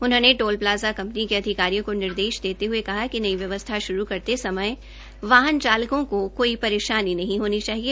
उन्होंने toll plaza company के अधिकारियों को निर्देश देते हुए कहा कि नई व्यवस्था श्रू करते समय वाहन चालकों को कोई परेशानी नहीं होनी चाहिए